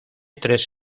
tres